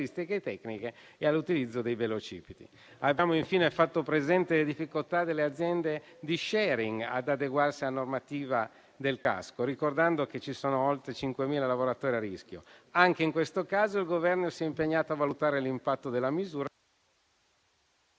tecniche e all'utilizzo dei velocipedi. Abbiamo infine fatto presente le difficoltà delle aziende di *sharing* ad adeguarsi alla normativa del casco, ricordando che ci sono oltre 5.000 lavoratori a rischio. Anche in questo caso il Governo si è impegnato a valutare l'impatto della misura.